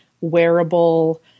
wearable